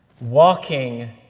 Walking